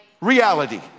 reality